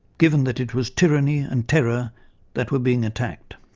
given that it was tyranny and terror that were being attacked.